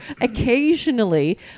occasionally